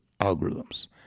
algorithms